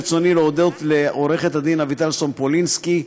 ברצוני להודות לעורכת-הדין אביטל סומפולינסקי,